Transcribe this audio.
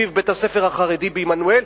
סביב בית-הספר החרדי בעמנואל,